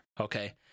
okay